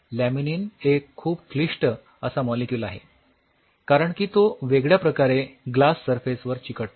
laminin एक खूप क्लिष्ट असा मॉलिक्यूल आहे कारण की तो वेगळ्या प्रकारे ग्लास सरफेस वर चिकटतो